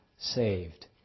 saved